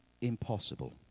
impossible